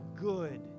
good